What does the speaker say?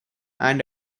and